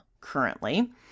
currently